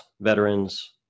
veterans